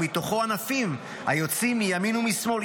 ומתוכו ענפים היוצאים מימין ומשמאל,